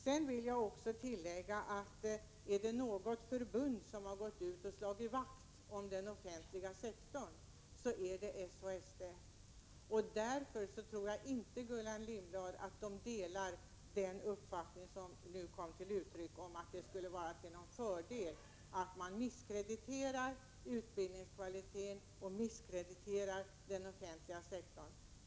Jag vill också tillägga: Är det något förbund som har slagit vakt om den offentliga sektorn är det SHSTF. Därför tror jag inte, Gullan Lindblad, att man där delar den uppfattning som nu kom till uttryck om att det skulle vara en fördel att misskreditera utbildningens kvalitet och misskreditera den offentliga sektorn.